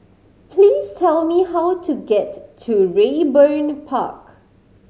please tell me how to get to Raeburn Park